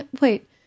Wait